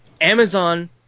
amazon